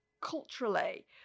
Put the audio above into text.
culturally